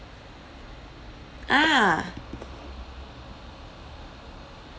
ah